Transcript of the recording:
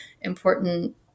important